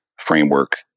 framework